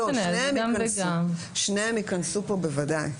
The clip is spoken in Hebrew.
שניהם ייכנסו כאן.